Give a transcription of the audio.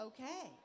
Okay